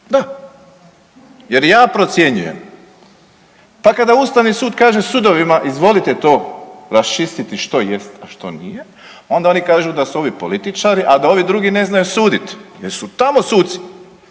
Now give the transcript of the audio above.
Da jer ja procjenjujem, pa kada ustavni sud kaže sudovima izvolite to raščistiti što jest, a što nije onda oni kažu da su ovi političari, a da ovi drugi ne znaju sudit jer su tamo suci